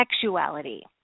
sexuality